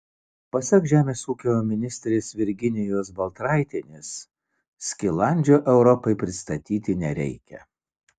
pasak žemės ūkio ministrės virginijos baltraitienės skilandžio europai pristatyti nereikia